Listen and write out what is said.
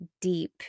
deep